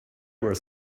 were